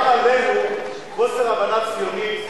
ולומר עלינו: חוסר הבנה ציונית,